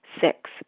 Six